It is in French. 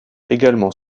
également